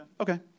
Okay